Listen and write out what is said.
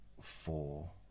four